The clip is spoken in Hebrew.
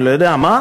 אני לא יודע מה,